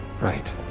right